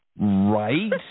Right